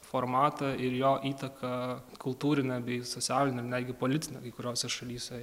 formatą ir jo įtaką kultūrinę bei socialinę negi politinę kai kuriose šalyse